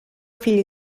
fill